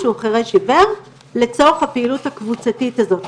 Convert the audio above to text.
הוא חירש עיוור, לפעילות הקבוצתית הזאת.